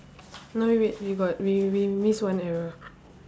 no w~ wait we got we we miss one error